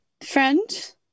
friend